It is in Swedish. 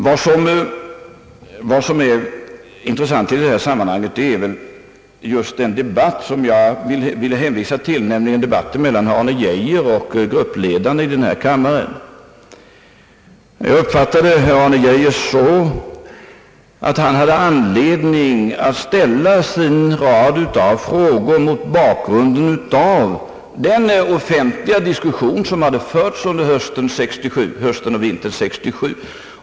Vad som är intressant i detta sammanhang är väl just den debatt som jag ville hänvisa till, nämligen den tidigare debatten mellan herr Arne Geijer och gruppledarna i denna kammare. Jag uppfattade herr Arne Geijer så att han hade anledning att ställa sina frågor mot bakgrunden av den offentliga diskussion som hade förts under hösten och vintern 1967.